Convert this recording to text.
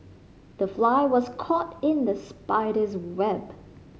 the fly was caught in the spider's web